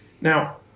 Now